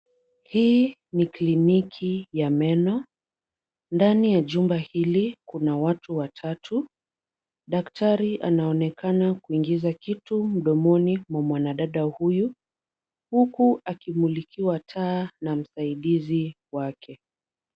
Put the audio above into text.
Hii ni kliniki ya meno. Ndani ya jumba hili kuna watu watatu. Daktari anaonekana kuingiza kitu mdomoni mwa mwanadada huyu huku akimulikiwa taa na msaidizi wake.